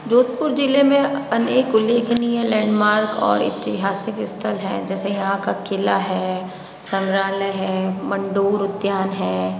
जोधपुर जिले में अनेक उल्लेखनीय लैंडमार्क और ऐतिहासिक स्थल है जैसे यहाँ का किला है संग्रहालय है मंडोर उद्यान है